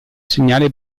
segnale